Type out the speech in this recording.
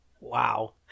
Wow